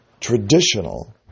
traditional